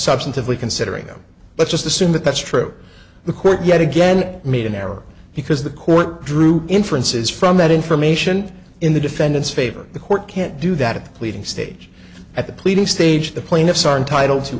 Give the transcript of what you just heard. substantively considering them let's just assume that that's true the court yet again made an error because the court drew inferences from that information in the defendant's favor the court can't do that at the pleading stage at the pleading stage the plaintiffs are entitled to